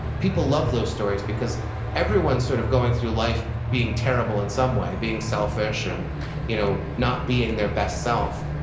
people love those stories because everyone's sort of going through life being terrible in some way, being selfish and you know not being their best self,